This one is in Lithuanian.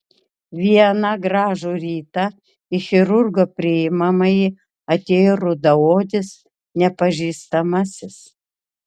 vieną gražų rytą į chirurgo priimamąjį atėjo rudaodis nepažįstamasis